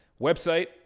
website